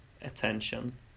attention